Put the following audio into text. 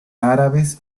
árabes